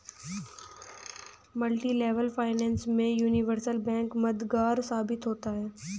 multilevel finance में universal bank मददगार साबित होता है